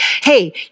hey